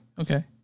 Okay